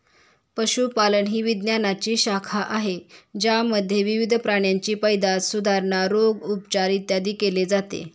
पशुपालन ही विज्ञानाची शाखा आहे ज्यामध्ये विविध प्राण्यांची पैदास, सुधारणा, रोग, उपचार, इत्यादी केले जाते